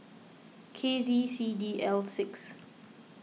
K Z C D L six